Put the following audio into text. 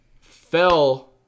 fell